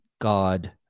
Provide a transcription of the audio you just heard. God